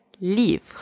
livre